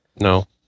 No